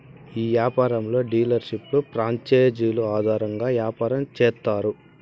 ఈ యాపారంలో డీలర్షిప్లు ప్రాంచేజీలు ఆధారంగా యాపారం చేత్తారు